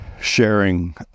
sharing